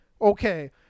Okay